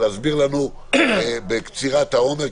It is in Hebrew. להסביר לנו בקצירת העומר,